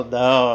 no